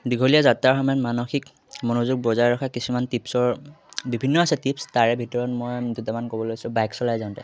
দীঘলীয়া যাত্ৰাৰ সময়ত মানসিক মনোযোগ বজাই ৰখা কিছুমান টিপছৰ বিভিন্ন আছে টিপছ তাৰে ভিতৰত মই দুটামান ক'ব লৈছোঁ বাইক চলাই যাওঁতে